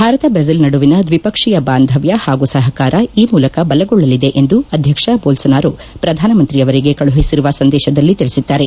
Bharat Brazil ನಡುಎನ ದ್ವಿಪಕ್ಷೀಯ ಬಾಂಧವ್ಯ ಪಾಗೂ ಸಪಕಾರ ಈ ಮೂಲಕ ಬಲಗೊಳ್ಳಲಿದೆ ಎಂದು ಅಧ್ಯಕ್ಷ ಜೊಲ್ಸೊನಾರೊ ಪ್ರಧಾನ ಮಂತ್ರಿಯವರಿಗೆ ಕಳುಹಿಸಿರುವ ಸಂದೇಶದಲ್ಲಿ ತೀಸಿದ್ದಾರೆ